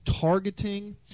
targeting